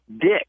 Dick